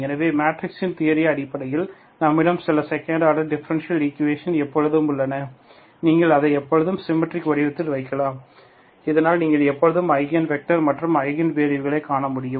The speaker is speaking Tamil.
எனவே மேட்ரிக்ஸ் தியரி அடிப்படையில் நம்மிடம் சில செகண்ட் ஆர்டர் டிஃபரண்ஷியல் ஈக்குவேஷன்கள் எப்போதும் உள்ளன நீங்கள் அதை எப்போதும் சிம்மட்றிக் வடிவத்தில் வைக்கலாம் இதனால் நீங்கள் எப்போதும் ஐகன் வெக்டர் மற்றும் ஐகன் வேல்யூகளை காண முடியும்